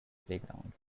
playground